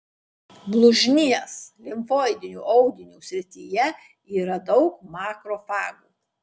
blužnies limfoidinio audinio srityje yra daug makrofagų